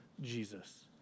Jesus